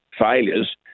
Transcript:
failures